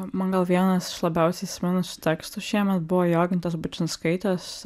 man gal vienas iš labiausiai įsiminusių tekstų šiemet buvo jogintės bučinskaitės